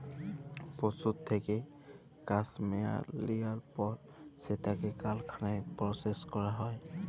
পশুর থ্যাইকে ক্যাসমেয়ার লিয়ার পর সেটকে কারখালায় পরসেস ক্যরা হ্যয়